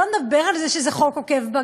שלא לדבר על זה שזה חוק עוקף-בג"ץ.